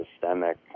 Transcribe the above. systemic